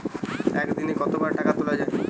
একদিনে কতবার টাকা তোলা য়ায়?